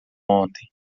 ontem